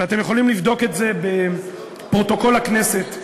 ואתם יכולים לבדוק את זה בפרוטוקול הכנסת,